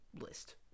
list